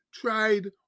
tried